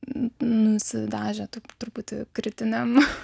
nusidažė taip truputį kritiniam